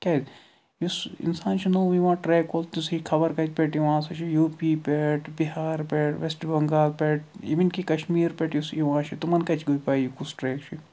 کیازِ یُس اِنسان چھُ نوٚو یِوان ٹرٛیک وول تہٕ سُہ خَبر کَتہِ پٮ۪ٹھ یِوان سُہ چھُ یوٗ پی پٮ۪ٹھ بِہار پٮ۪ٹھ وٮ۪سٹ بَنگال پٮ۪ٹھ اِوٕن کہ کَشمیٖر پٮ۪ٹھ یُس یِوان چھُ تِمن کَتہِ چھِ گٔے پَے یہِ کُس ٹرٛیک چھُ